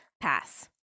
pass